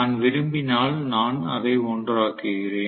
நான் விரும்பினால் நான் அதை 1 ஆக்குகிறேன்